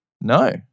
No